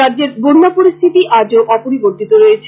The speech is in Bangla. রাজ্যে বন্যা পরিস্থিতি আজও অপরিবর্তিত রয়েছে